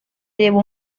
llevó